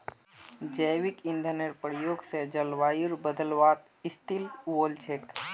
जैविक ईंधनेर प्रयोग स जलवायुर बदलावत स्थिल वोल छेक